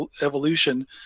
evolution